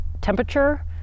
temperature